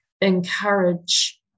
encourage